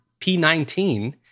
P19